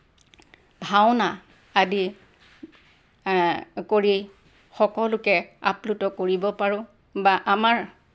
ভাওনা আদি কৰি সকলোকে আপ্লুত কৰিব পাৰোঁ বা আমাৰ